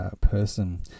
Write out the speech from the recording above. person